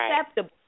acceptable